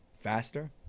faster